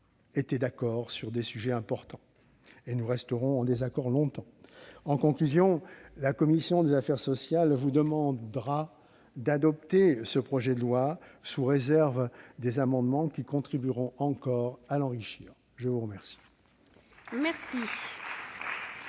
été d'accord sur des sujets importants- et nous resterons en désaccord encore longtemps ... En conclusion, la commission des affaires sociales vous demandera d'adopter ce projet de loi, sous réserve des amendements qui contribueront encore à l'enrichir. La parole est à M.